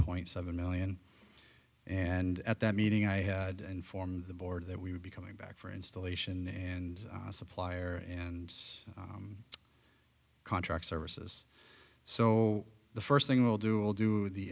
point seven million and at that meeting i had informed the board that we would be coming back for installation and supplier and contract services so the first thing we'll do